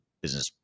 business